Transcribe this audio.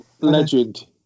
Legend